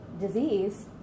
disease